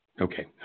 Okay